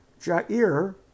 Jair